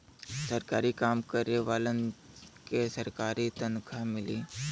सरकारी काम करे वालन के सरकारी तनखा मिली